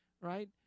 right